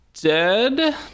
dead